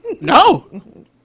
No